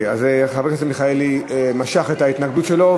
חבר הכנסת מיכאלי משך את ההתנגדות שלו,